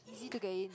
easy to get in